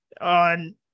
on